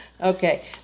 okay